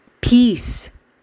peace